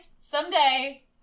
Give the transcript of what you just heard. Someday